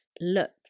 look